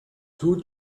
two